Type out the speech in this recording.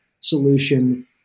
solution